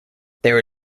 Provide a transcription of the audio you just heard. there